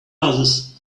others